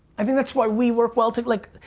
i think that's why we work well toget like,